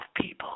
people